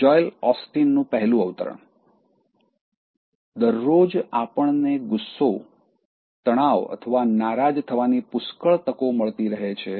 Joel ઓસ્ટીનનું પહેલું અવતરણ "દરરોજ આપણને ગુસ્સો તણાવ અથવા નારાજ થવાની પુષ્કળ તકો મળતી રહે છે